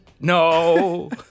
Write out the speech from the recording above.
No